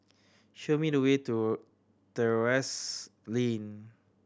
show me the way to Terrasse Lane